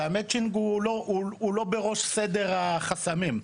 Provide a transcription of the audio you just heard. והמצ'ינג הוא לא בראש סדר החסמים.